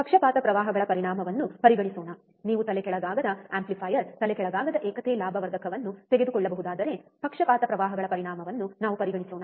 ಪಕ್ಷಪಾತ ಪ್ರವಾಹಗಳ ಪರಿಣಾಮವನ್ನು ಪರಿಗಣಿಸೋಣ ನೀವು ತಲೆಕೆಳಗಾಗದ ಆಂಪ್ಲಿಫೈಯರ್ ತಲೆಕೆಳಗಾಗದ ಏಕತೆ ಲಾಭ ವರ್ಧಕವನ್ನು ತೆಗೆದುಕೊಳ್ಳಬಹುದಾದರೆ ಪಕ್ಷಪಾತ ಪ್ರವಾಹಗಳ ಪರಿಣಾಮವನ್ನು ನಾವು ಪರಿಗಣಿಸೋಣ